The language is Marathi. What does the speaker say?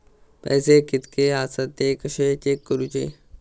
पैसे कीतके आसत ते कशे चेक करूचे?